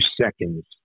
seconds